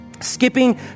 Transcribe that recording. Skipping